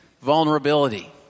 vulnerability